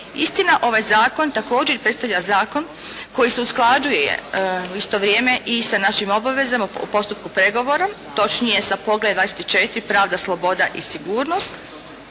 Istina, ovaj zakon također predstavlja zakon koji se usklađuje u isto vrijeme i sa našim obavezama u postupku pregovora, točnije sa poglavljem XXIV.-Pravda, sloboda i sigurnost,